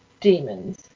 demons